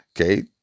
Okay